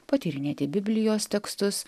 patyrinėti biblijos tekstus